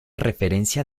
referencia